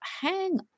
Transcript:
hang